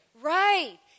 Right